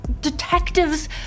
Detectives